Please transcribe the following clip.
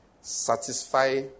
satisfy